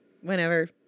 whenever